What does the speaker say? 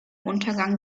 untergang